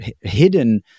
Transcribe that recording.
hidden